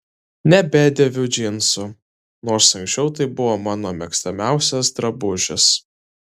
nebedėviu džinsų nors anksčiau tai buvo mano mėgstamiausias drabužis